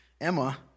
Emma